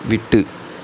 விட்டு